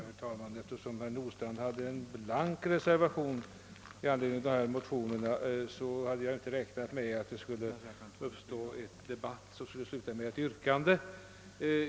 Herr talman! Eftersom herr Nordstrandh hade avgivit en blank reservation i anledning av de aktuella motionerna hade jag inte räknat med att det skulle uppstå en debatt och att ett särskilt yrkande skulle ställas.